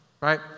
right